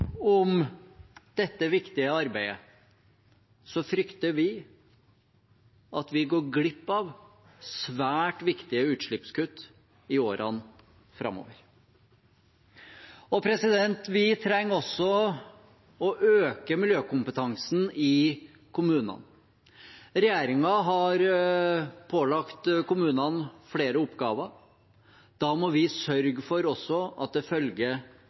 om dette viktige arbeidet, frykter vi at vi går glipp av svært viktige utslippskutt i årene framover. Vi trenger også å øke miljøkompetansen i kommunene. Regjeringen har pålagt kommunene flere oppgaver. Da må vi sørge for at det følger